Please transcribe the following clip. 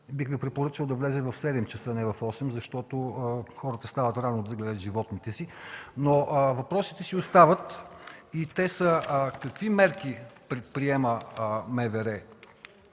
Бих Ви препоръчал да влезе в 7,00 ч., а не в 8,00 ч., защото хората стават рано, за да гледат животните си. Но въпросите си остават. Те са: какви мерки предприема МВР